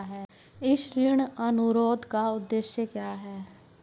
इस ऋण अनुरोध का उद्देश्य क्या है?